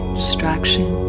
distraction